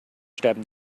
sterben